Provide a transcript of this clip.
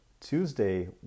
Tuesday